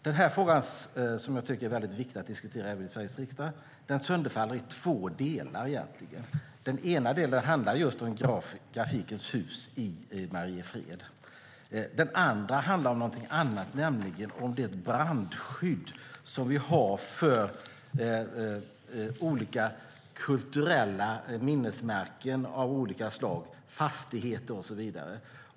Den här frågan, som jag tycker är väldigt viktig att diskutera även i Sveriges riksdag, sönderfaller egentligen i två delar. Den ena delen handlar just om Grafikens Hus i Mariefred. Den andra handlar om något annat, nämligen om brandskyddet för olika kulturella minnesmärken, fastigheter och så vidare.